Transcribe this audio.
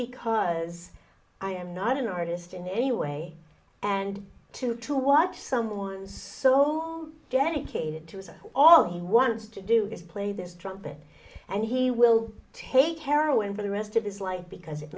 because i am not an artist in any way and to to watch someone so get a kid to say all he wants to do is play this trumpet and he will take heroin for the rest of his life because it